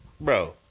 Bro